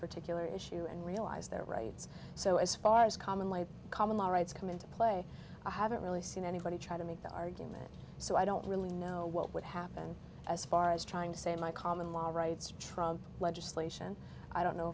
particular issue and realize their rights so as far as common life common law rights come into play i haven't really seen anybody try to make that argument so i don't really know what would happen as far as trying to say my common law rights trump legislation i don't know